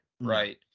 Right